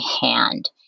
hand